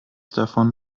davon